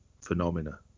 phenomena